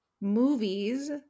movies